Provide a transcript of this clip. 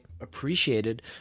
appreciated